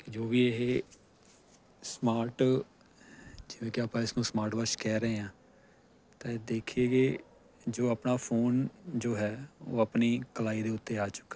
ਕਿ ਜੋ ਵੀ ਇਹ ਸਮਾਰਟ ਜਿਵੇਂ ਕਿ ਆਪਾਂ ਇਸਨੂੰ ਸਮਾਰਟ ਵਾਚ ਕਹਿ ਰਹੇ ਹਾਂ ਤਾਂ ਇਹ ਦੇਖੀਏ ਕਿ ਜੋ ਆਪਣਾ ਫੋਨ ਜੋ ਹੈ ਉਹ ਆਪਣੀ ਕਲਾਈ ਦੇ ਉੱਤੇ ਆ ਚੁੱਕਾ ਹੈ